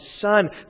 Son